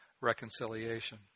reconciliation